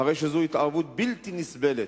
הרי שזאת התערבות בלתי נסבלת,